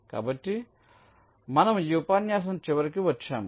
కాబట్టి దీనితో మనము ఈ ఉపన్యాసం చివరికి వచ్చాము